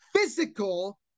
physical